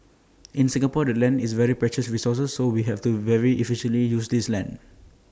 in Singapore the land is very precious resource so we have to very efficiently use this land